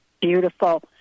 Beautiful